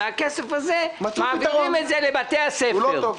מהכסף הזה מעבירים את זה לבתי הספר.